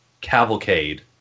cavalcade